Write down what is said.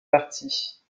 parties